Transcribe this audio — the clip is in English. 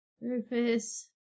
Rufus